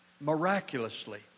miraculously